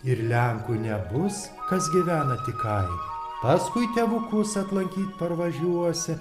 ir lenku nebus kas gyvena tik kaime paskui tėvukus aplankyt parvažiuosi